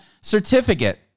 certificate